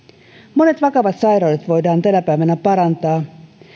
monet vakavat sairaudet voidaan tänä päivänä parantaa